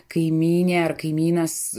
kaimynė ar kaimynas